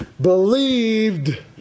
believed